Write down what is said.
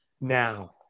now